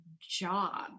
job